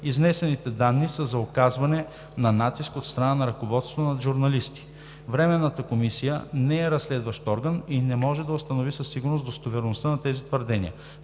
Изнесените данни са за оказване на натиск от страна на ръководството над журналиста. Временната комисия не е разследващ орган и не може да установи със сигурност достоверността на тези твърдения.